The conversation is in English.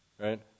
right